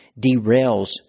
derails